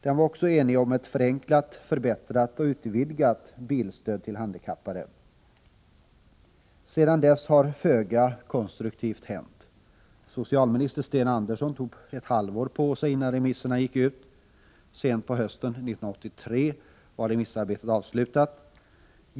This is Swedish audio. Man var enig om ett förenklat, förbättrat och utvidgat bilstöd till handikappade. Sedan dess har föga konstruktivt hänt. Socialminister Sten Andersson tog ett halvår på sig innan frågorna gick ut på remiss. Sent på hösten 1983 var remissarbetet avslutat.